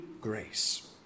grace